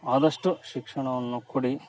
ಆದಷ್ಟು ಶಿಕ್ಷಣವನ್ನು ಕೊಡಿ